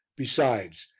besides,